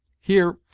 here,